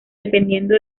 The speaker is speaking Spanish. dependiendo